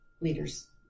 leaders